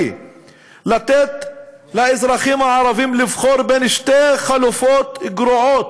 לתת לאזרחים הערבים לבחור בין שתי חלופות גרועות,